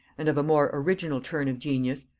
and of a more original turn of genius,